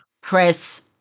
press